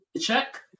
check